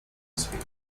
espion